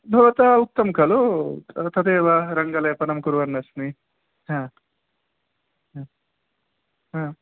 भवतः उक्तं खलु त तदेव रङ्गलेपनं कुर्वन्नस्मि ह ह ह ह